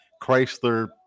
Chrysler